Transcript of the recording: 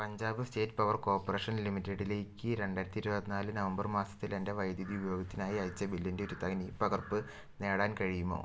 Punjab state power corporation ലിമിറ്റഡിലേക്ക് രണ്ടായിരത്തി ഇരുപത്തി നാല് നവംബർ മാസത്തിൽ എൻ്റെ വൈദ്യുതി ഉപയോഗത്തിനായി അയച്ച ബില്ലിൻ്റെ ഒരു തനിപ്പകർപ്പ് നേടാൻ കഴിയുമോ